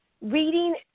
reading